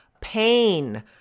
pain